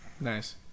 Nice